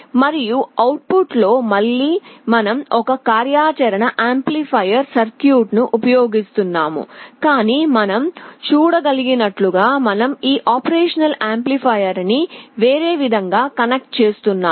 మరియు output లో మళ్ళీ మనం ఒక కార్యాచరణ యాంప్లిఫైయర్ సర్క్యూట్ ఉపయోగిస్తున్నాము కానీ మనం చూడగలిగినట్లుగా ఈ op amp ని వేరే విధంగా కనెక్ట్ చేస్తున్నాము